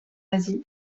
asie